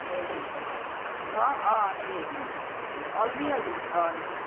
দে হ'লি অঁ অঁ সেয়ে দিম দে দে অলবি হ'লি অঁ দে